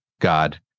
God